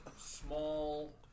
small